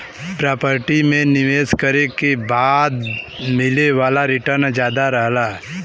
property में निवेश करे के बाद मिले वाला रीटर्न जादा रहला